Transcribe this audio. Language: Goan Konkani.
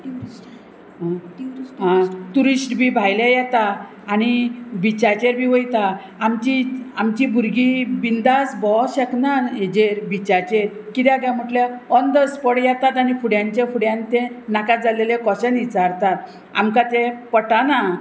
आं टुरिस्ट बी भायले येता आनी बिचाचेर बी वयता आमची आमची भुरगीं बिंदास भोंवो शकना हेजेर बिचाचेर किद्या काय म्हटल्यार ऑन द स्पोट येतात आनी फुड्यांच्या फुड्यान ते नाका जाल्लेले कॉशन विचारतात आमकां ते पटना